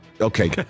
Okay